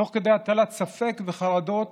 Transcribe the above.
תוך כדי הטלת ספק וחרדות